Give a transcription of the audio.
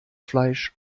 fleisch